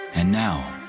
and now,